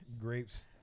grapes